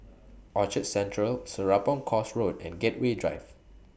Orchard Central Serapong Course Road and Gateway Drive